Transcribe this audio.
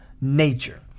nature